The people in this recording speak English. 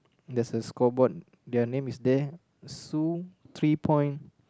there's a score board their name is there Sue three point